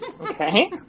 Okay